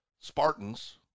Spartans